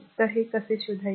तर ते कसे शोधायचे